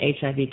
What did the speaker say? HIV